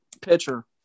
pitcher